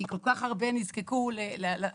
כי כל כך הרבה נזקקו לסכום,